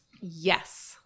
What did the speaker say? Yes